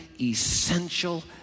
essential